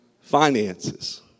finances